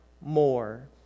more